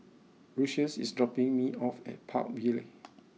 Lucious is dropping me off at Park Vale